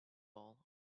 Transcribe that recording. all